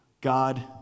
God